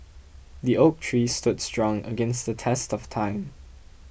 the oak tree stood strong against the test of time